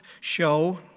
show